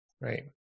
Right